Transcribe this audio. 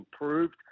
improved